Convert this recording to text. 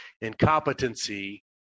incompetency